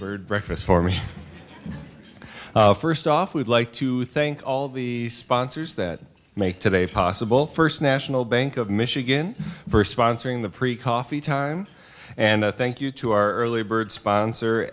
bird breakfast for me first off we'd like to thank all the sponsors that make today possible first national bank of michigan first sponsoring the precocity time and a thank you to our early bird sponsor